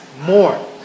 more